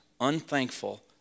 unthankful